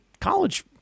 college